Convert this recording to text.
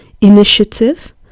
initiative